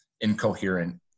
incoherent